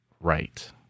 Right